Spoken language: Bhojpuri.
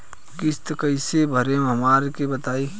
किस्त कइसे भरेम हमरा के बताई?